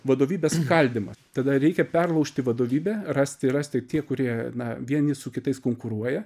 vadovybės skaldymas tada reikia perlaužti vadovybę rasti rasti tie kurie na vieni su kitais konkuruoja